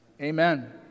amen